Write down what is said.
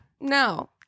No